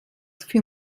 für